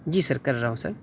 جی sir کر رہا ہوں سر